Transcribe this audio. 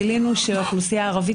גילינו שהאוכלוסייה הערבית,